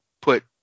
put